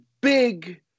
big